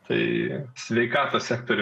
tai sveikatos sektoriuje